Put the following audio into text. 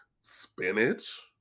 spinach